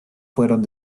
fueron